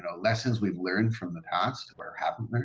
ah lessons we've learned from the past or haven't